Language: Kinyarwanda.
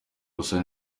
gusa